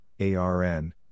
ARN